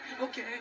Okay